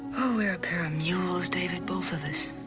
we're a pair of mules, david. both of us.